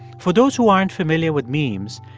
for those who aren't familiar with memes,